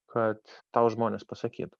kad tau žmonės pasakytų